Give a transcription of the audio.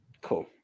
cool